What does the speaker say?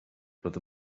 roedd